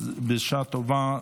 בשעה טובה,